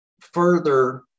further